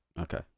okay